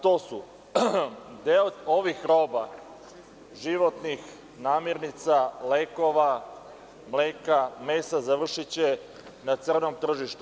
To je deo ovih roba, životnih namirnica, lekova, mleka, mesa, završiće na crnom tržištu.